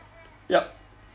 yup